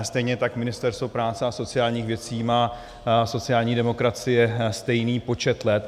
Stejně tak Ministerstvo práce a sociálních věcí má sociální demokracie stejný počet let.